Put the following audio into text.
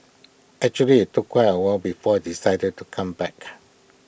actually IT took quite A while before I decided to come back